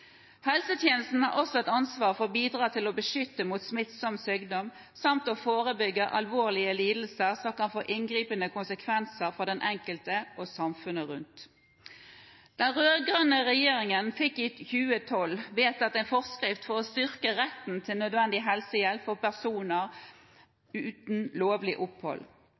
Helsetjenesten har også et ansvar for å bidra til å beskytte mot smittsom sykdom samt å forebygge alvorlige lidelser som kan få inngripende konsekvenser for den enkelte og samfunnet rundt. Den rød-grønne regjeringen fikk i 2012 vedtatt en forskrift for å styrke retten til nødvendig helsehjelp for personer uten lovlig opphold.